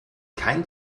kein